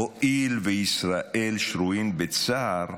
הואיל וישראל שרויים בצער,